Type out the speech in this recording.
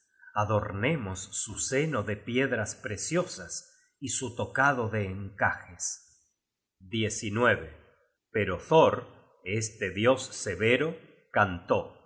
adornemos su seno de piedras preciosas y su tocado de encajes pero thor este dios severo cantó